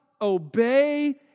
obey